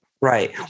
Right